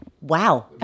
Wow